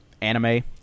anime